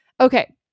Okay